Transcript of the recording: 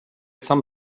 some